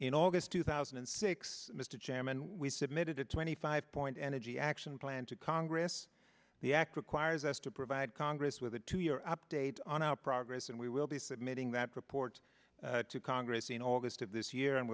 in august two thousand and six mr chairman we submitted a twenty five point energy action plan to congress the act requires us to provide congress with a two year update on our progress and we will be submitting that report to congress in august of this year and